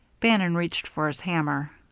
bannon reached for his hammer.